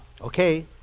Okay